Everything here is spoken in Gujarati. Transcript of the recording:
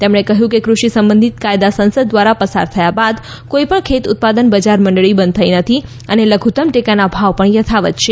તેમણે કહ્યું કે કૃષિ સંબંધિત કાયદા સંસદ દ્વારા પસાર થયા બાદ કોઈપણ ખેત ઉત્પાદન બજાર મંડળી બંધ નથી થઈ અને લધુતમ ટેકાના ભાવ પણ યથાવત છે